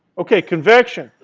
okay. convection.